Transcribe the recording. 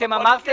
ביקשתי